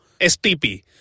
STP